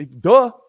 Duh